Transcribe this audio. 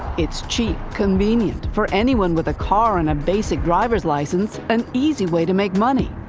it's cheap, convenient, for anyone with a car and a basic driver's license, an easy way to make money.